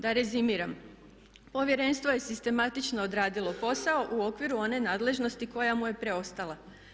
Da rezimiram, povjerenstvo je sistematično odradilo posao u okviru one nadležnosti koja mu je preostala.